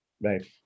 Right